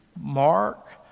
mark